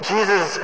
Jesus